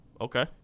Okay